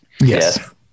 Yes